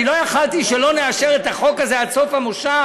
אני לא יכולתי שלא לאשר את החוק הזה עד סוף הכנס.